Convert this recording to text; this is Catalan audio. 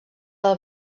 del